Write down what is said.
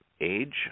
age